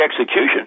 execution